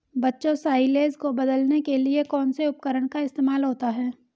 बच्चों साइलेज को बदलने के लिए कौन से उपकरण का इस्तेमाल होता है?